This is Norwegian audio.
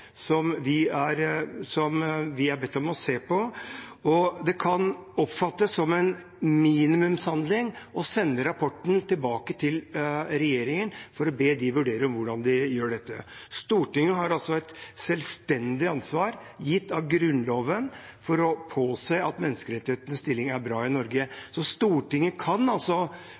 som vi er bedt om å se på. Det kan oppfattes som en minimumshandling å sende rapporten tilbake til regjeringen for å be dem vurdere hvordan de gjør dette. Stortinget har et selvstendig ansvar, gitt av Grunnloven, for å påse at menneskerettighetenes stilling i Norge er bra. Stortinget kan